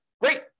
Great